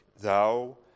thou